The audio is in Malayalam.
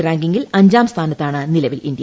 റാങ്കിംഗിൽ അഞ്ചാം സ്ഥാനത്താണ് നിലവിൽ ഇന്ത്യ